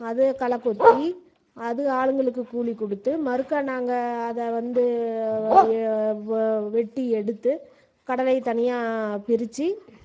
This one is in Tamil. அது களை கொத்தி அது ஆளுங்களுக்கு கூலி கொடுத்து மறுக்கா நாங்கள் அதை வந்து வெட்டி எடுத்து கடலையை தனியாக பிரித்து